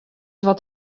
wat